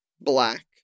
Black